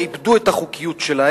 הם רק חלק קטן